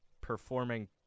performing